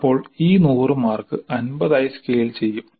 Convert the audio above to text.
അപ്പോൾ ഈ 100 മാർക്ക് 50 ആയി സ്കെയിൽ ചെയ്യും